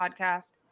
podcast